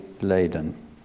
laden